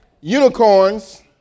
Unicorns